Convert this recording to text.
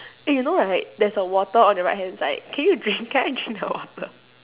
eh you know right there's a water on your right hand side can you bring can I drink the water